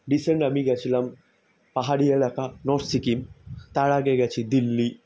recent আমি গিয়েছিলাম পাহাড়ি এলাকা নর্থ সিকিম তার আগে গিয়েছি দিল্লি